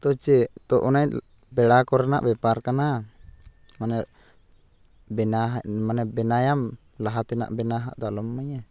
ᱛᱚ ᱪᱮᱫ ᱛᱚ ᱚᱱᱮ ᱯᱮᱲᱟ ᱠᱚᱨᱮᱱᱟᱜ ᱵᱮᱯᱟᱨ ᱠᱟᱱᱟ ᱢᱟᱱᱮ ᱵᱮᱱᱟᱦᱟ ᱢᱟᱱᱮ ᱵᱮᱱᱟᱣᱟᱢ ᱞᱟᱦᱟᱛᱮᱱᱟᱜ ᱵᱮᱱᱟᱣᱟᱜ ᱫᱚ ᱟᱞᱚᱢ ᱮᱢᱟᱹᱧᱟᱹ